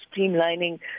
streamlining